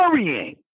worrying